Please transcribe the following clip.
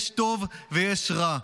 יש טוב ויש רע.